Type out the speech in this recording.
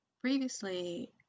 Previously